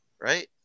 right